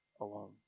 alone